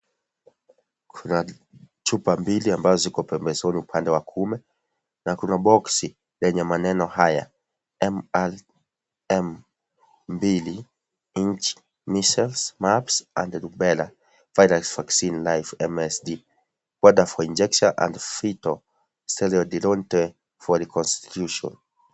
Kuna chupa mbili ambazo ziko pembezoni upande wa kuume na kuna boksi yenye maneno haya,(cs)M-R-M(cs) mbili,(cs)Inj Measles, Mumps and Rubella vaccine live MSD,powder for injection and vital sterile diluent for reconstitution(cs).